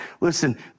Listen